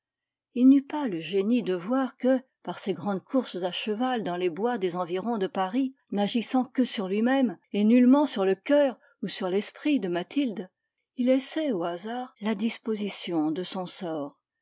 il n'eut pas le génie de voir que par ses grandes courses à cheval dans les bois des environs de paris n'agissant que sur lui-même et nullement sur le coeur ou sur l'esprit de mathilde il laissait au hasard la disposition de son sort